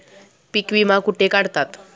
पीक विमा कुठे काढतात?